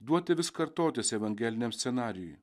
duoti vis kartotis evangeliniam scenarijui